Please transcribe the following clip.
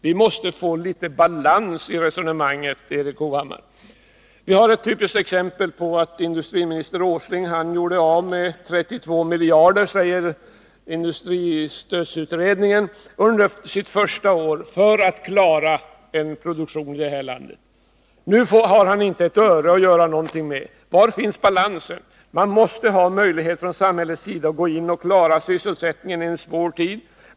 Vi måste få litet balans i resonemanget, Erik Hovhammar. Vi har ett typiskt exempel. Industriminister Åsling gjorde av med 32 miljarder, säger industristödsutredningen, under sitt första år för att klara en produktion i det här landet. Nu har han inte ett öre att göra någonting med. Var finns balansen? Man måste från samhällets sida ha möjlighet att gå in och klara sysselsättningen i en svår tid.